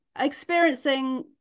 experiencing